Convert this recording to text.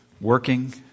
working